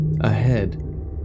Ahead